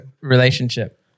Relationship